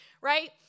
right